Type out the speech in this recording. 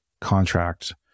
contract